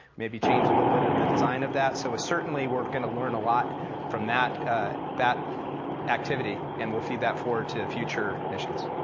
maybe change a little bit of the design of that, so ah certainly, we're gonna learn a lot from that that activity, and we'll feed that forward to the future missions.